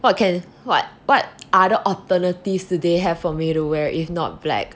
what can what what other alternatives do they have for me to wear if not black